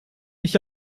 ich